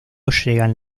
llegan